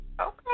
Okay